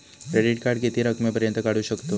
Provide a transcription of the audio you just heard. Credit card किती रकमेपर्यंत काढू शकतव?